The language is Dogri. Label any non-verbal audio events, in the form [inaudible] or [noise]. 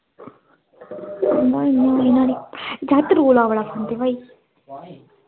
[unintelligible] जाकत रौला बड़ा पांदे भाई